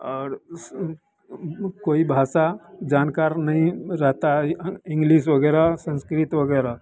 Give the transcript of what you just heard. और उस कोई भाषा जानकार नहीं रहता है इंग्लिस वगैरह संस्कृत वगैरह